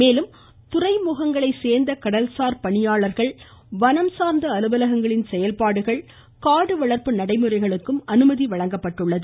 மேலும் துறைமுகங்களை சேர்ந்த கடல்சார் பணியாள்கள் வனம் சார்ந்த அலுவலகங்களின் செயல்பாடுகள் காடு வளர்ப்பு நடைமுறைகளுக்கும் அனுமதி வழங்கப்பட்டுள்ளது